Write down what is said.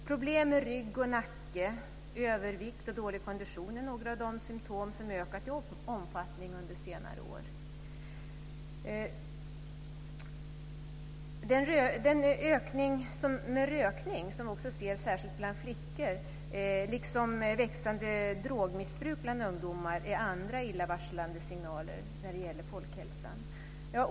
Problem med rygg och nacke, övervikt och dålig kondition är några av de symtom som har ökat i omfattning under senare år. Ökningen av rökningen, som vi ser särskilt bland flickor, liksom växande drogmissbruk bland ungdomar är andra illavarslande signaler när det gäller folkhälsan.